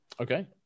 Okay